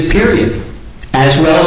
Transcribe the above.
period as will